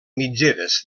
mitgeres